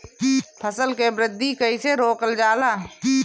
फसल के वृद्धि कइसे रोकल जाला?